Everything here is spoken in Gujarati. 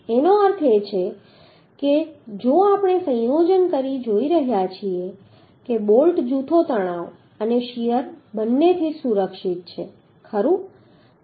તેનો અર્થ એ છે કે જો આપણે સંયોજન કરી જોઈ રહ્યા છીએ કે બોલ્ટ જૂથો તણાવ અને શીયર બંનેથી સુરક્ષિત છે ખરું